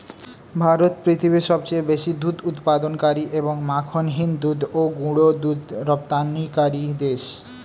ভারত পৃথিবীর সবচেয়ে বেশি দুধ উৎপাদনকারী এবং মাখনহীন দুধ ও গুঁড়ো দুধ রপ্তানিকারী দেশ